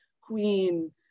queen